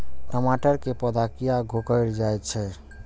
टमाटर के पौधा किया घुकर जायछे?